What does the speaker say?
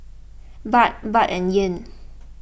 Baht Baht and Yen